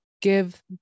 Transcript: give